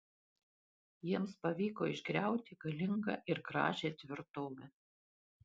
jiems pavyko išgriauti galingą ir gražią tvirtovę